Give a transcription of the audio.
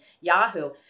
Yahoo